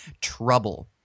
Trouble